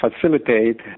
facilitate